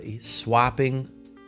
swapping